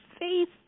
faith